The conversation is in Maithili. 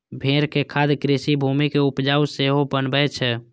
भेड़क खाद कृषि भूमि कें उपजाउ सेहो बनबै छै